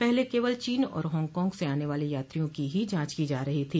पहले केवल चीन और हांगकांग से आने वाले यात्रियों की ही जांच की जा रही थी